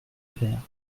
père